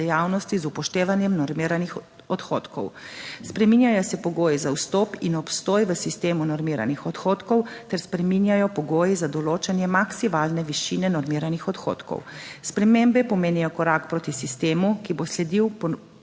dejavnosti z upoštevanjem normiranih odhodkov. Spreminjajo se **13. TRAK: (SC) – 11.00** (nadaljevanje) pogoji za vstop in obstoj v sistemu normiranih odhodkov ter spreminjajo pogoji za določanje maksimalne višine normiranih odhodkov. Spremembe pomenijo korak proti sistemu, ki bo sledil